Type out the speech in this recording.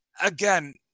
again